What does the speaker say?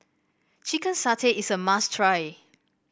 Chicken Satay is a must try